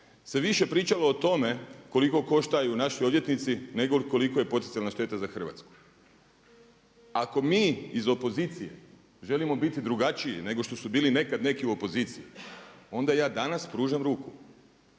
se više pričalo o tome koliko koštaju naši odvjetnici nego koliko je poticajna šteta za Hrvatsku. Ako mi iz opozicije želimo biti drugačiji nego što su bili nekad neki u opoziciji onda ja danas pružam ruku